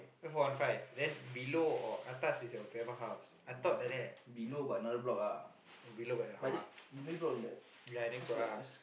four one five then below or atas is your grandma house I thought like that below ya I think so lah